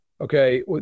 Okay